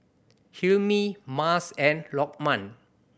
Hilmi Mas and Lokman